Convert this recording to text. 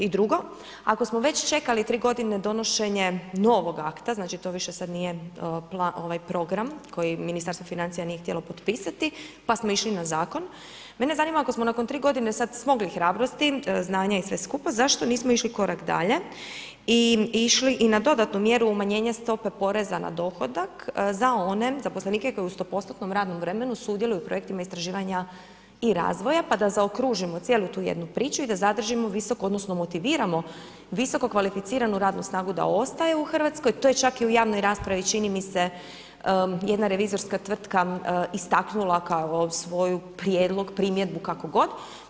I drugo, ako smo već čekali 3 godine donošenje novog akta, znači to više sad nije program koji Ministarstvo financija nije htjelo potpisati, pa smo išli na zakon, mene zanima ako smo nakon 3 godine sad smogli hrabrosti, znanja i sve skupa, zašto nismo išli korak dalje i išli i na dodatnu mjeru umanjenja stope poreza na dohodak za one zaposlenike koji u stopostotnom radnom vremenu sudjeluju u projektima istraživanja i razvoja pa da zaokružimo cijelu tu jednu priču i da zadržimo visoko, odnosno motiviramo visoko kvalificiranu radnu snagu da ostaje u Hrvatskoj, to je čak i u javnoj raspravi čini mi se jedna revizorska tvrtka istaknula kao svoj prijedlog, primjedbu, kako god.